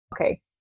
okay